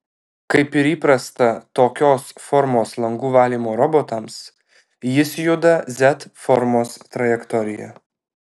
kaip ir įprasta tokios formos langų valymo robotams jis juda z formos trajektorija